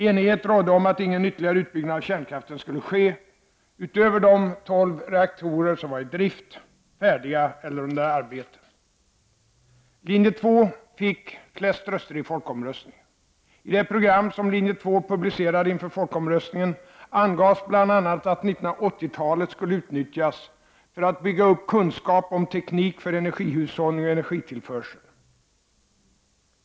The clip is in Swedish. Enighet rådde om att ingen ytterligare utbyggnad av kärnkraften skulle ske utöver de tolv reaktorer som var i drift, färdiga eller under arbete. Linje 2 fick flest röster i folkomröstningen. I det program som linje 2 publicerade inför folkomröstningen angavs bl.a. att 1980-talet skulle utnyttjas för att bygga upp kunskap om teknik för energihushållning och energitillförsel.